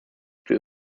wir